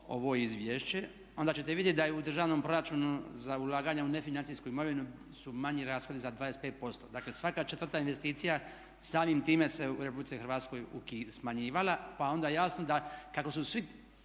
ovo izvješće onda ćete vidjeti da je u državnom proračunu za ulaganja u nefinancijsku imovinu su manji rashodi za 25%. Dakle svaka četvrta investicija samim time se u Republici Hrvatskoj smanjivala. Pa je onda jasno da kako su svi